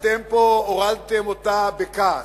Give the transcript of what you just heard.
הורדתם פה בכעס.